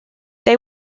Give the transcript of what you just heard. they